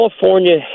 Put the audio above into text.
california